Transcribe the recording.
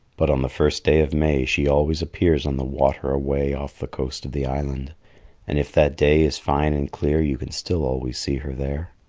but on the first day of may she always appears on the water away off the coast of the island and if that day is fine and clear you can still always see her there.